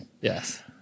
Yes